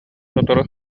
сотору